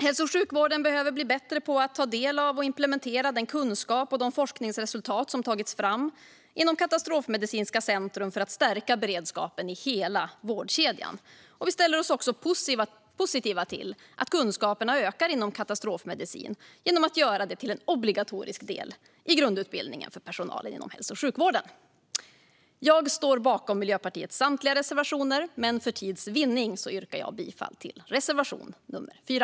Hälso och sjukvården behöver bli bättre på att ta del av och implementera den kunskap och de forskningsresultat som tagits fram inom katastrofmedicinska centrum för att stärka beredskapen i hela vårdkedjan. Vi ställer oss också positiva till att kunskaperna ökar inom katastrofmedicin genom att göra det till en obligatorisk del i grundutbildningen för personal inom hälso och sjukvården. Jag står bakom Miljöpartiets samtliga reservationer, men för tids vinning yrkar jag bifall endast till reservation 4.